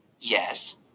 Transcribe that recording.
Yes